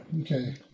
Okay